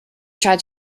tried